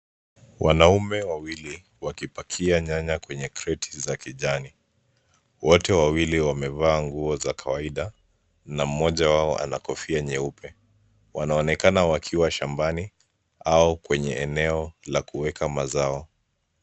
Wanaume wawili wakipakia nyanya kwenye kreti za kijani. Wote wawili wamevaa nguo za kawaida na mmoja wao ana kofia nyeupe. Wanaonekana wakiwa shambani au kwenye eneo la kueka mazao.